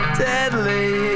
deadly